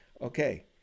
Okay